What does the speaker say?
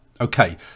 Okay